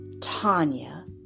Tanya